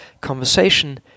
conversation